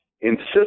insist